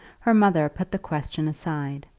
her mother put the question aside,